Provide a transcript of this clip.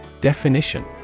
Definition